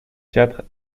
quatre